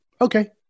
Okay